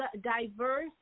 diverse